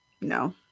No